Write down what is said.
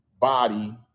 body-